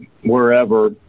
wherever